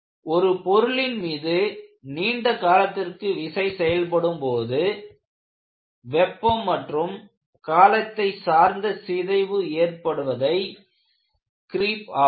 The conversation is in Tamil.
ஒரு பொருளின் மீது நீண்ட காலத்திற்கு விசை செயல்படும் பொழுது வெப்பம் மற்றும் காலத்தை சார்ந்த சிதைவு ஏற்படுவதே கிரீப் ஆகும்